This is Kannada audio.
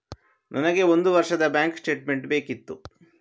ನನಗೆ ಒಂದು ವರ್ಷದ ಬ್ಯಾಂಕ್ ಸ್ಟೇಟ್ಮೆಂಟ್ ಬೇಕಿತ್ತು